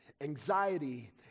anxiety